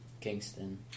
Kingston